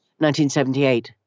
1978